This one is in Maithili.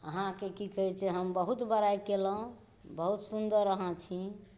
अहाँकेँ की कहै छै हम बहुत बड़ाइ कएलहुॅं बहुत सुन्दर अहाँ छी